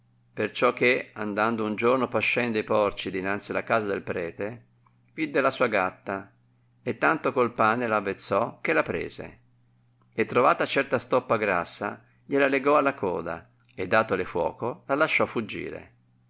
favorevole perciò che andando un giorno pascendo e porci dinanzi la casa del prete vidde la sua gatta e tanto col pane r avezzò che la prese e trovata certa stoppa grassa glie la legò alla coda e datole il fuoco la lasciò